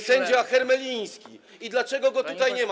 sędzia Hermeliński i dlaczego go tutaj nie ma.